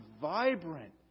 vibrant